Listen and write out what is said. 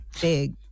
big